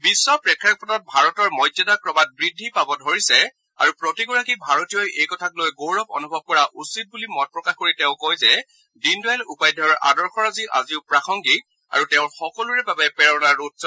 বিধ প্ৰেক্ষাপটত ভাৰতৰ মৰ্য্যাদা ক্ৰমাৎ বুদ্ধি পাব ধৰিছে আৰু প্ৰতি গৰাকী ভাৰতীয়ই এই কথাক লৈ গৌৰৱ অন্ভৱ কৰা উচিত বুলি মত প্ৰকাশ কৰি তেওঁ কয় যে দীনদয়াল উপাধ্যায়ৰ আদৰ্শৰাজি আজিও প্ৰাসংগিক আৰু তেওঁ সকলোৰে বাবে প্ৰেৰণাৰ উৎস